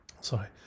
sorry